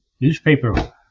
newspaper